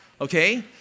Okay